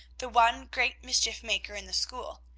the one great mischief-maker in the school.